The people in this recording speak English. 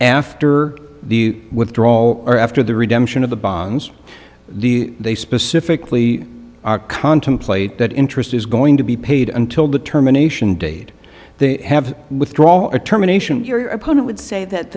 after the withdrawal or after the redemption of the bonds the they specifically are contemplate that interest is going to be paid until determination date they have withdraw a terminations your opponent would say that